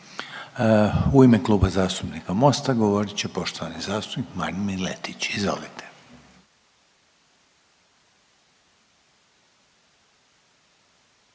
U ime Kluba zastupnika Mosta govorit će poštovani zastupnik Marin Miletić. Izvolite.